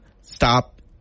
stop